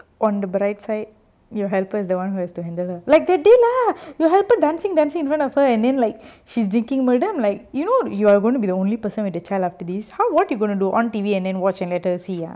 on the bright side your helper is the one who has to handle her like that day lah the helper dancing dancing in front of her and then like she's drinking milk then I'm like you know you are going to be the only person with the child after this how what you gonna do on T_V and then watch and let her see ah